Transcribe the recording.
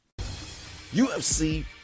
UFC